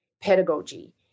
pedagogy